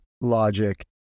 logic